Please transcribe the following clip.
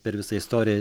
per visą istoriją